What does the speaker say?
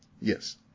Yes